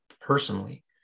personally